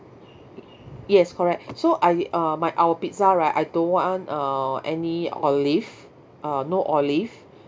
yes correct so I uh my our pizza right I don't want uh any olive uh no olive